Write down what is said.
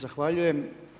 Zahvaljujem.